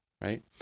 right